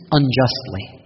unjustly